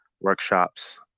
workshops